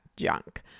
Junk